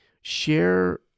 share